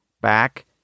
back